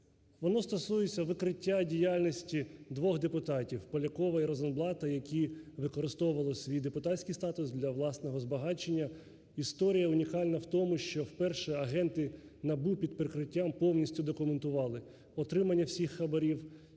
Воно стосується викриття діяльності двох депутатів – Полякова і Розенблата, – які використовували свій депутатський статус для власного збагачення. Історія унікальна в тому, що вперше агенти НАБУ під прикриттям повністю документували отримання всіх хабарів,